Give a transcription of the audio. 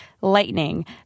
Lightning